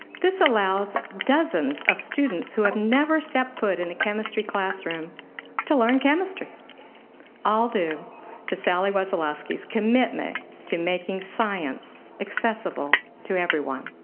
this allows dozens of students who have never set foot in a chemistry classroom to learn chemistry all due to sally wasileski's commitment to making science accessible to everyone.